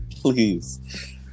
please